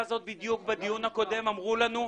בדיון הקודם אמרו לנו: